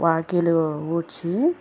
వాకిలి ఊడ్చి